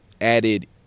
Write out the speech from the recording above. added